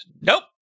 nope